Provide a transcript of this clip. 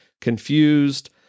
confused